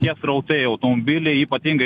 tie srautai automobiliai ypatingai